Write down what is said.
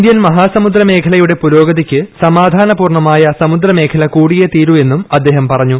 Indian മഹാസമുദ്ര മേഖലയുടെ പുരോഗതിക്ക് സമാധാനപൂർണ്ണമായ സമുദ്ര മേഖല കൂടിയേ തീരു എന്നും അദ്ദേഹം പറഞ്ഞു